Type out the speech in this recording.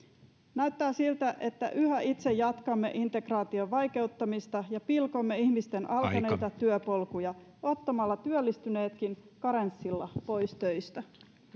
näyttää siltä että yhä itse jatkamme integraation vaikeuttamista ja pilkomme ihmisten alkaneita työpolkuja ottamalla työllistyneetkin karenssilla pois töistä